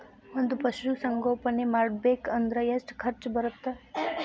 ಒಂದ್ ಪಶುಸಂಗೋಪನೆ ಮಾಡ್ಬೇಕ್ ಅಂದ್ರ ಎಷ್ಟ ಖರ್ಚ್ ಬರತ್ತ?